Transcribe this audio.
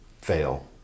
fail